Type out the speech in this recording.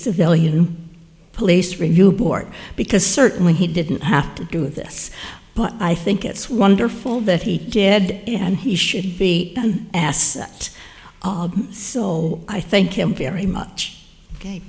civilian police review board because certainly he didn't have to do this but i think it's wonderful that he did and he should be asked so i thank him very much ok